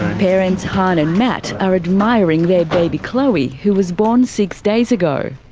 parents hanh and matt are admiring their baby chloe who was born six days ago.